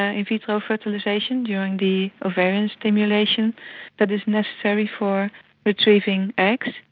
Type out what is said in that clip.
ah in vitro fertilisation, during the ovarian stimulation that is necessary for retrieving eggs,